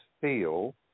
feel